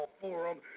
Forum